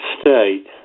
state